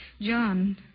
John